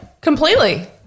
completely